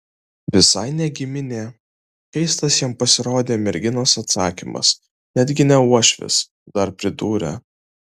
visai ne giminė keistas jam pasirodė merginos atsakymas netgi ne uošvis dar pridūrė